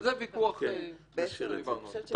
זה ויכוח שדיברנו עליו.